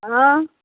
हँ